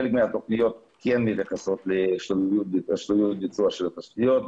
חלק מהתכניות כן מתייחסות לביצוע התשתיות.